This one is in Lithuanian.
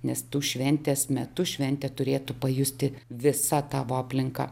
nes tų šventės metu šventę turėtų pajusti visa tavo aplinka